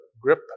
grip